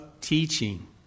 teaching